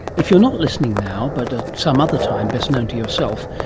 if you're not listening now, but at some other time best known to yourself,